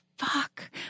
fuck